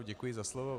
Děkuji za slovo.